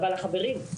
אבל חברים,